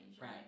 right